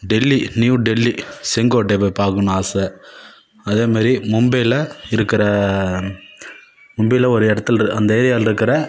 Delhi new Delhi செங்கோட்டை போய் பார்க்கணுனு ஆசை அதே மாதிரி மும்பையில் இருக்கிற மும்பையில் ஒரு இடத்துல அந்த ஏரியாவிலருக்கிற